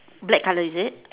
black colour is it